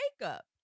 makeup